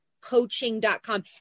coaching.com